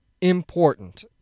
important